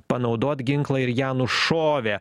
panaudot ginklą ir ją nušovė